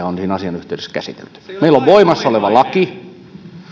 on siinä asian yhteydessä käsitelty meillä on voimassa oleva laki